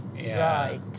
Right